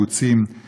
אינם שטחים כבושים?